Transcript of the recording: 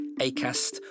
Acast